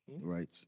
Right